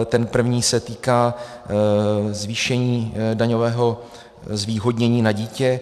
Ten první se týká zvýšení daňového zvýhodnění na dítě.